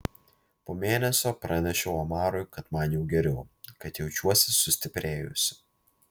po mėnesio pranešiau omarui kad man jau geriau kad jaučiuosi sustiprėjusi